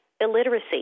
illiteracy